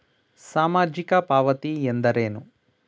ಸಾಮಾಜಿಕ ಪಾವತಿ ಎಂದರೇನು?